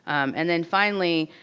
um and then finally.